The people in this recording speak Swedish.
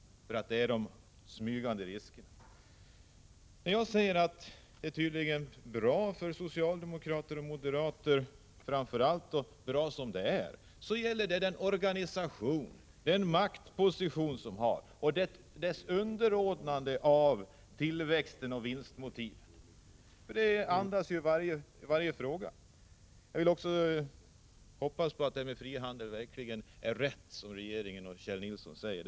Riskerna i detta sammanhang smyger sig ju på oss. Det är tydligen bra för framför allt socialdemokrater och moderater att det är som det är. Jag tänker då på organisationen och maktpositionen i samhället, som ju är underordnade tillväxten och vinstmotiven. Det framgår av andan i varje fråga. Jag hoppas att regeringen och Kjell Nilsson har rätt i vad de säger om frihandeln.